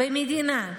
במדינה,